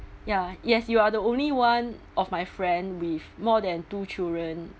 ya yes you are the only one of my friend with more than two children